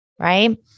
right